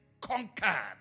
conquered